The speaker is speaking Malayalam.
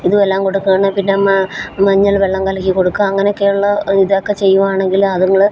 ഇതുമെല്ലാം കൊടുക്കുകയാണെങ്കില് പിന്നെ മഞ്ഞള് വെള്ളം കലക്കി കൊടുക്കുക അങ്ങനെയൊക്കെയുള്ള ഇതൊക്കെ ചെയ്യുവാണെങ്കില് അതുങ്ങള്